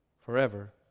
forever